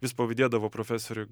vis pavydėdavau profesoriui